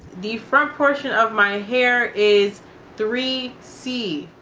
the front portion of my hair is three c.